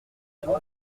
quand